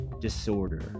disorder